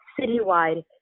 citywide